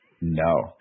No